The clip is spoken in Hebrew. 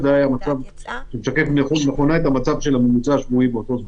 אני עדיין לא קיבלתי תשובה איך היה כתוב 7,000,